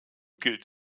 gilt